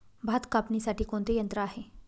भात कापणीसाठी कोणते यंत्र आहे?